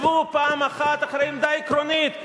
תתייצבו פעם אחת מאחורי עמדה עקרונית.